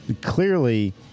clearly